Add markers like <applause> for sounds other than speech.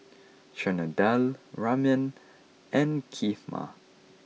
<noise> Chana Dal Ramen and Kheema